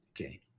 Okay